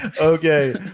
Okay